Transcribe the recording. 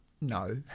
No